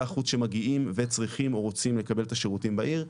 החוץ שמגיעים וצריכים או רוצים לקבל את השירותים בעיר,